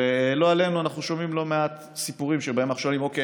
ולא עלינו אנחנו שומעים לא מעט סיפורים שבהם אנחנו שומעים: אוקיי,